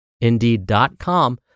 indeed.com